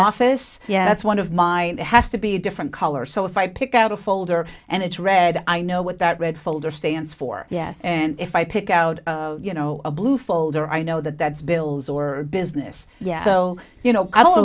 office yeah that's one of my has to be a different color so if i pick out a folder and it's red i know what that red folder stands for yes and if i pick out you know a blue folder i know that that's bill's or business yes so you know i don't know